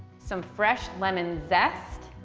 some fresh lemon zest,